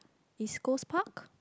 East-Coast-Park